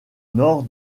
nord